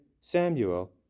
samuel